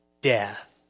death